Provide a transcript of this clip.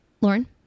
Lauren